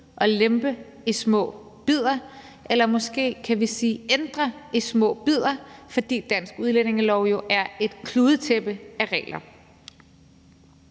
at lempe i små bidder – eller måske kan vi sige ændre i små bidder – fordi dansk udlændingelov jo er et kludetæppe af regler.